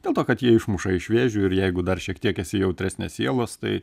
dėl to kad jie išmuša iš vėžių ir jeigu dar šiek tiek esi jautresnės sielos tai